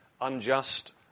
unjust